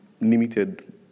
limited